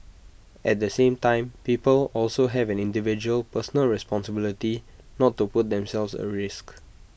at the same time people also have an individual personal responsibility not to put themselves at risk